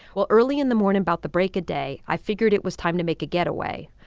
well, early in the morning about the break of day, i figured it was time to make a getaway.